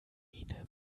miene